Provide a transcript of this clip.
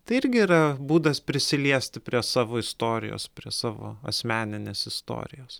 tai irgi yra būdas prisiliesti prie savo istorijos prie savo asmeninės istorijos